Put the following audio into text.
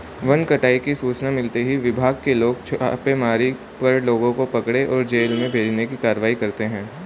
one कटाई की सूचना मिलते ही विभाग के लोग छापेमारी कर लोगों को पकड़े और जेल भेजने की कारवाई करते है